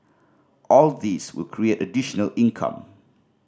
all these will create additional income